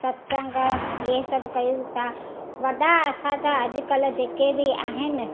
सतसंग हीअ सभु कयूं था वॾा असांजा अॼुकल्ह जेके बि आहिनि